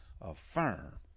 Affirm